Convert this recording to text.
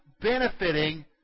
benefiting